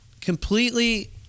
completely